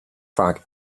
vaak